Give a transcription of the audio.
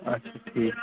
اچھا ٹھیٖک